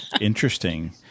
Interesting